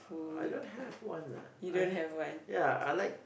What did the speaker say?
I don't have one lah I had yeah I like